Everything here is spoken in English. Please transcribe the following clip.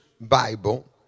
Bible